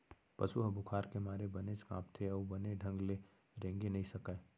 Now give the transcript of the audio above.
पसु ह बुखार के मारे बनेच कांपथे अउ बने ढंग ले रेंगे नइ सकय